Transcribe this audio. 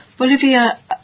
Olivia